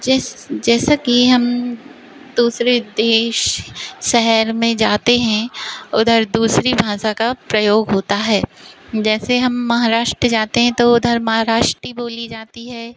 जैसा कि हम दूसरे देश शहर में जाते हैं उधर दूसरी भाषा का प्रयोग होता है जैसे हम महाराष्ट्र जाते हैं तो उधर महाराष्ट्री बोली जाती है